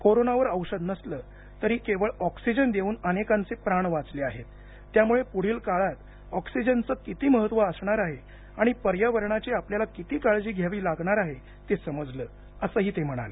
कोरोनावर औषध नसलं तरी केवळ ऑक्सिजन देऊन अनेकांचे प्राण वाचले आहेत त्यामुळे पुढील काळात ऑक्सिजनचे किती महत्व असणार आहे आणि पर्यावरणाची आपल्याला किती काळजी घ्यावी लागणार आहे ते समजलं असंही ते म्हणाले